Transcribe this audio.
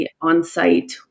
on-site